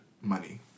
money